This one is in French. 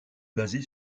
basée